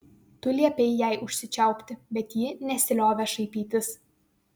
tu liepei jai užsičiaupti bet ji nesiliovė šaipytis